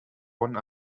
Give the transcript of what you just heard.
one